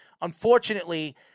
unfortunately